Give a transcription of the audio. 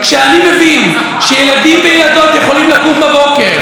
כשאני מבין שילדים וילדות יכולים לקום בבוקר,